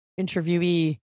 interviewee